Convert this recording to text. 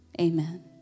Amen